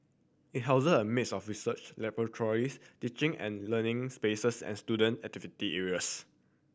it houses a mix of research laboratories teaching and learning spaces and student activity areas